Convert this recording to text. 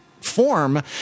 form